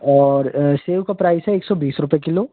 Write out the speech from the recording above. और सेब का प्राइस है एक सौ बीस रुपये किलो